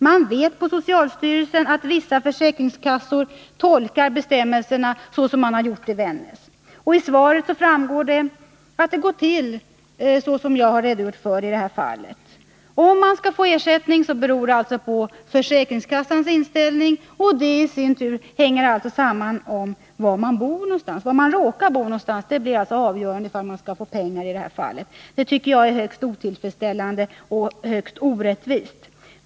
Man vet på socialstyrelsen att vissa försäkringskassor tolkar bestämmelserna så som man har gjort i Vännäs. Av svaret framgår att det går till på det sätt som jag redogjort för i detta fall. Om man skall få ersättning hänger på försäkringskassans inställning. Det i sin tur hänger alltså samman med var man råkar bo någonstans. Detta tycker jag är högst otillfredsställande och högst orättvist.